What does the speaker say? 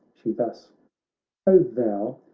shethus o thou,